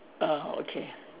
ah okay